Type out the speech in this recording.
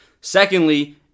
secondly